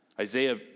Isaiah